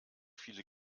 viele